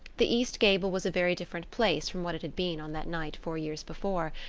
the east gable was a very different place from what it had been on that night four years before,